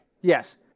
Yes